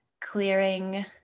clearing